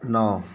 नौ